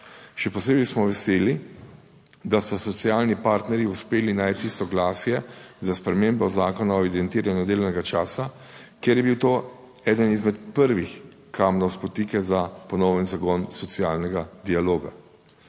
Še posebej smo veseli, da so socialni partnerji uspeli najti soglasje za spremembo Zakona o evidentiranju delovnega časa, ker je bil to eden izmed prvih kamnov spotike za ponoven zagon socialnega dialoga.